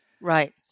Right